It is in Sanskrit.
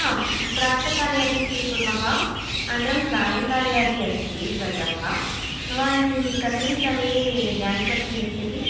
आं प्रातःकाले अपि स्वीकुर्मः अनन्तरं सायङ्काले अपि अस्ति वर्गः भवान् कस्मिन् समये जाय्न् कर्तुमिच्छति